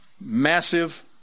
massive